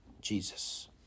Jesus